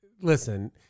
listen